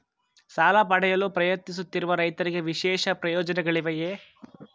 ಸಾಲ ಪಡೆಯಲು ಪ್ರಯತ್ನಿಸುತ್ತಿರುವ ರೈತರಿಗೆ ವಿಶೇಷ ಪ್ರಯೋಜನಗಳಿವೆಯೇ?